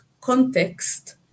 context